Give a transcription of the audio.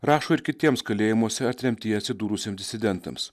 rašo ir kitiems kalėjimuose ar tremtyje atsidūrusiem disidentams